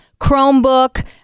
chromebook